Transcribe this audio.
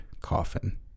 Coffin